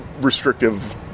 restrictive